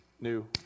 new